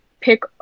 pick